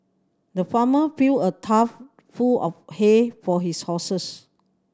the farmer filled a trough full of hay for his horses